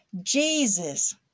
Jesus